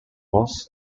was